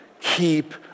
keep